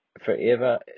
forever